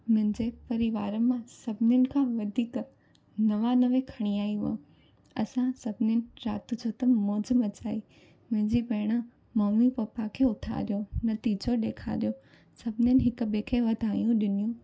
मुंहिंजे परिवार मां सभिनीनि खां वधीक नवानवे खणी आई हुयमि असां सभिनीनि राति जो त मौजु मचाईं मुंहिंजी भेण मम्मी पापा खे उथारियो नतीजो ॾेखारियो सभिनीनि हिकु ॿिए खे वधायूं ॾिनियूं